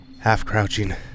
half-crouching